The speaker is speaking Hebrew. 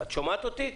את שומעת אותי?